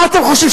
מה אתם חושבים,